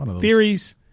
theories